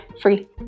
free